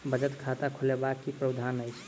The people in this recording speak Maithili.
बचत खाता खोलेबाक की प्रावधान अछि?